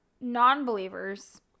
non-believers